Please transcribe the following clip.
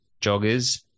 joggers